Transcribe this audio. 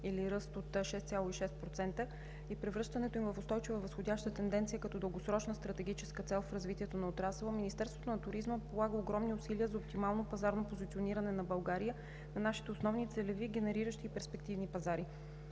или ръст от 6,6%, и превръщането им в устойчива възходяща тенденция като дългосрочна стратегическа цел в развитието на отрасъла, Министерството на туризма полага огромни усилия за оптимално пазарно позициониране на България на нашите основни целеви, генериращи и перспективни пазари.